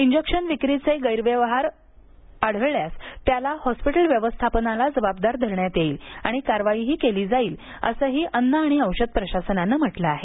injection विक्रीचे गैरप्रकार आढळल्यास त्याला हॉस्पिटल व्यवस्थापनाला जबाबदार धरण्यात येईल आणि कारवाई केली जाईल असंही अन्न आणि औषध प्रशासनानं म्हटलं आहे